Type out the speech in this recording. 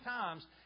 times